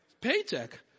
paycheck